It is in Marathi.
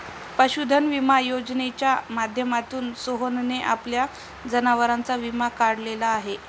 पशुधन विमा योजनेच्या माध्यमातून सोहनने आपल्या जनावरांचा विमा काढलेला आहे